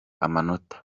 amanota